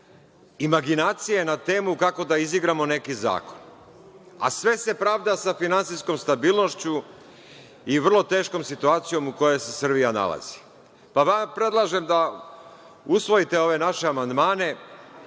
imaginacije na temu kako da izigramo neki zakon, a sve se pravda sa finansijskom stabilnošću i vrlo teškom situacijom u kojoj se Srbija nalazi. Predlažem da usvojite ove naše amandmane